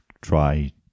try